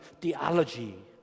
theology